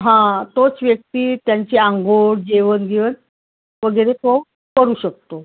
हा तोच व्यक्ति त्यांची आंघोळ जेवण बिवण वगैरे तो करू शकतो